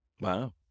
Wow